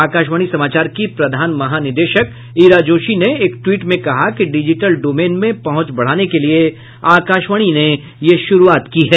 आकाशवाणी समाचार की प्रधान महानिदेशक ईरा जोशी ने एक ट्वीट में कहा कि डिजिटल डोमेन में पहुंच बढ़ाने के लिये आकाशवाणी ने यह शुरूआत की है